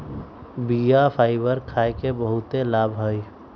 बीया फाइबर खाय के बहुते लाभ हइ